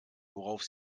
worauf